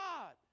God